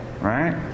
Right